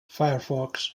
firefox